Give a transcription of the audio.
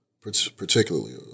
Particularly